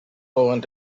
going